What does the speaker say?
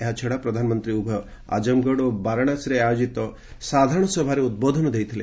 ଏହା ଛଡା ପ୍ରଧାନମନ୍ତ୍ରୀ ଉଭୟ ଆକ୍ରମଗଡ ଓ ବାରାଣସୀରେ ଆୟୋଜିତ ସାଧାରଣ ସଭାରେ ଉଦ୍ବୋଧନ ଦେଇଥିଲେ